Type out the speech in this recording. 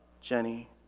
Jenny